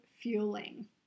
fueling